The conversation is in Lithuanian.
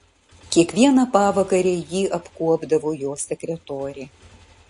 kiekvieną pavakarę jį apkuopdavo jo sekretorė